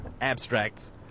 abstracts